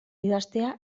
idaztea